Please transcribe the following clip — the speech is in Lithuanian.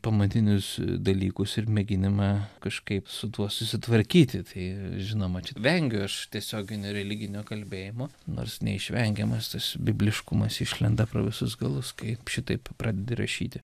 pamatinius dalykus ir mėginimą kažkaip su tuo susitvarkyti tai žinoma čia vengiu aš tiesioginio religinio kalbėjimo nors neišvengiamas tas bibliškumas išlenda pro visus galus kai šitaip pradedi rašyti